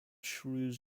shrews